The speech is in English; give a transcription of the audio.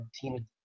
team